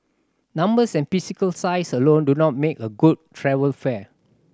numbers and physical size alone do not make a good travel fair